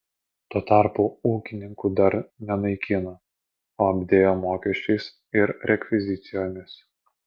tuo tarpu ūkininkų dar nenaikino o apdėjo mokesčiais ir rekvizicijomis